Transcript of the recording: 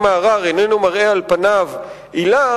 "העתירה" אם הערר איננו מראה על פניו עילה,